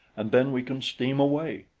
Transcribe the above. and then we can steam away.